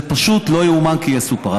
זה פשוט לא יאומן כי יסופר.